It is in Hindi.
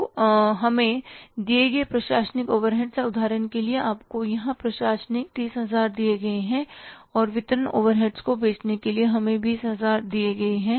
तो हमें दिए गए प्रशासनिक ओवरहेड्स हैं उदाहरण के लिए आपको यहां प्रशासनिक 30000 दिए गए हैं और वितरण ओवरहेड्स को बेचने के लिए हमें 20000 दिए गए हैं